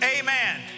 amen